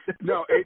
No